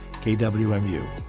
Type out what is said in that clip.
KWMU